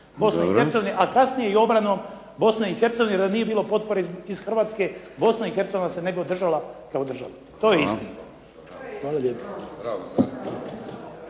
Ivan (HDZ)** A kasnije i obranom Bosne i Hercegovine i da nije bilo potpore iz Hrvatske Bosna i Hercegovina se ne bi održala kao država. To je istina. **Šeks,